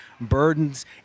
burdens